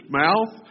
mouth